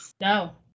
No